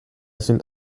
sind